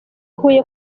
huye